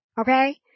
Okay